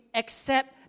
accept